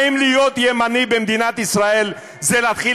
האם להיות ימני במדינת ישראל זה להתחיל